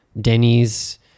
Denny's